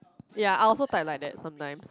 ya I also type like that sometime